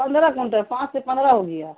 پندرہ کنٹل پانچ سے پندرہ ہو گیا